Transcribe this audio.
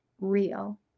real